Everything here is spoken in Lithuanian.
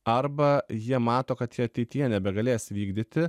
arba jie mato kad jie ateityje nebegalės vykdyti